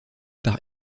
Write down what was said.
par